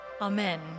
Amen